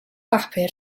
bapur